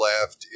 left